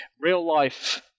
real-life